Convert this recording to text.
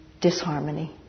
disharmony